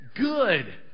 Good